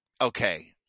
okay